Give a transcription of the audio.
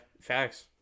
facts